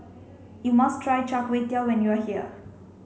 you must try Char Kway Teow when you are here